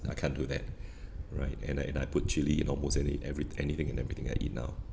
I can't do that right and I and I put chili in almost any~ every anything and everything I eat now